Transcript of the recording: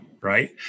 right